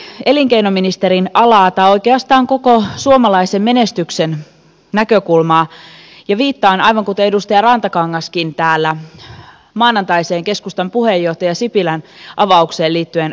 sivuan lyhyesti elinkeinoministerin alaa tai oikeastaan koko suomalaisen menestyksen näkökulmaa ja viittaan aivan kuten edustaja rantakangaskin täällä keskustan puheenjohtaja sipilän maanantaiseen avaukseen liittyen kasvurahastoon